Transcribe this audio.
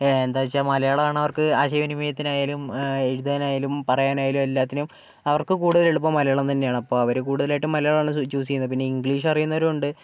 എന്താണെന്ന് വെച്ചാൽ മലയാളം ആണ് അവർക്ക് ആശയവിനിമയത്തിനാലായും എഴുതാൻ ആയാലും പറയാൻ ആയാലും എല്ലാത്തിനും അവർക്ക് കൂടുതലെളുപ്പം മലയാളം തന്നെയാണ് അപ്പം അവർ കൂടുതലായിട്ടും മലയാളം ആണല്ലോ ചൂസ് ചെയ്യുന്നത് പിന്നെ ഇംഗ്ലീഷ് അറിയുന്നവരും ഉണ്ട്